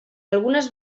algunes